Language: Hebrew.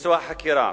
מושא החקירה.